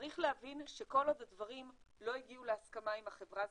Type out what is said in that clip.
צריך להבין שכל עוד הדברים לא הגיעו להסכמה עם החברה,